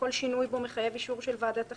כל שינוי בו מחייב אישור של ועדת החינוך.